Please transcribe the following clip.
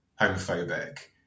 homophobic